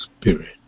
Spirit